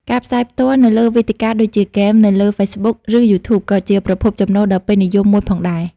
ការផ្សាយផ្ទាល់នៅលើវេទិកាដូចជាហ្គេមនៅលើហ្វេសប៊ុក ឬយូធូប ក៏ជាប្រភពចំណូលដ៏ពេញនិយមមួយផងដែរ